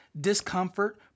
discomfort